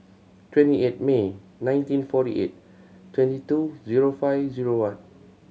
twenty eight May nineteen forty eight twenty two zero five zero one